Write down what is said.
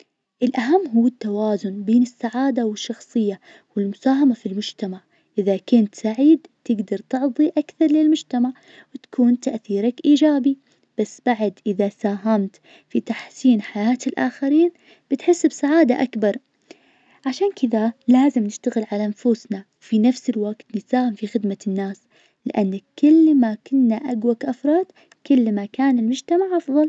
الأهم هو التوازن بين السعادة والشخصية والمساهمة في المجتمع. إذا كنت سعيد تقدر تعظي أكثر للمجتمع وتكون تأثيرك إيجابي. بس بعد إذا ساهمت في تحسين حياة الآخرين بتحس بسعادة أكبر. عشان كذا لازم نشتغل على نفوسنا وفي نفس الوقت نساهم في خدمة الناس لأن كل ما كنا أقوى كأفراد كل ما كان المجتمع أفظل.